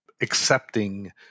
accepting